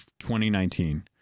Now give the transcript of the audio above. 2019